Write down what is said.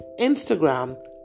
Instagram